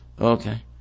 Okay